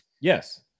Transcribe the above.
Yes